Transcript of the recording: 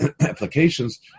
applications